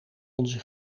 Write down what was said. onze